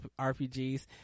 rpgs